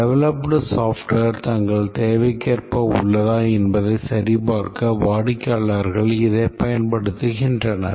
developed software தங்கள் தேவைக்கேற்ப உள்ளதா என்பதை சரிபார்க்க வாடிக்கையாளர்கள் இதைப் பயன்படுத்துகின்றனர்